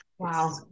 Wow